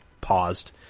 paused